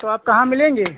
तो आप कहाँ मिलेंगे